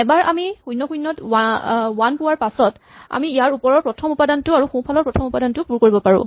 এবাৰ আমি ০ ০ ত ৱান পোৱাৰ পাছত আমি ইয়াৰ ওপৰৰ প্ৰথম উপাদানটো আৰু সোঁফালৰ প্ৰথম উপাদানটো পুৰ কৰিব পাৰো